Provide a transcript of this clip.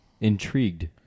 intrigued